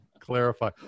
clarify